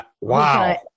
Wow